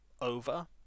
over